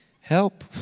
Help